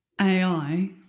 AI